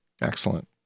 Excellent